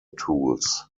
tools